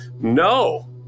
no